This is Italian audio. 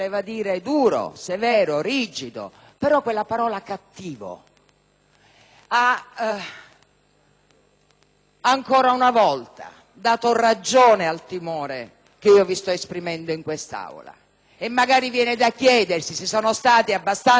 ha, ancora una volta, dato ragione al timore che sto esprimendo in quest'Aula. E magari viene da chiedersi se sono abbastanza cattivi i ragazzi che hanno ridotto in fin di vita, dandogli fuoco, l'indiano sulla panchina di Nettuno.